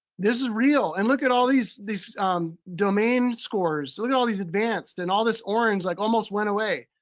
this is real. and look at all these these domain scores. look at all these advanced and all this orange like almost went away.